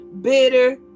bitter